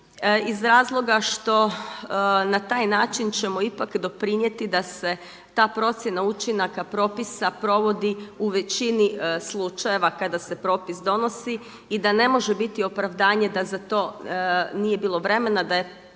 iz razloga što na taj način ćemo ipak doprinijeti da se ta procjena učinaka propisa provodi u većini slučajeva kada se propis donosi i da ne može biti opravdanje da za to nije bilo vremena, da je